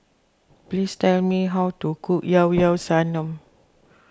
please tell me how to cook Llao Llao Sanum